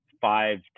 five